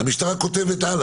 הלאה,